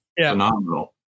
phenomenal